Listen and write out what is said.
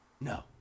No